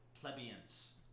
Plebeians